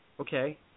Okay